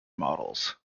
models